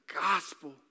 gospel